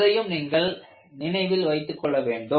இதையும் நீங்கள் நினைவில் வைத்துக் கொள்ள வேண்டும்